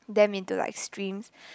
them into like streams